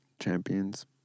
Champions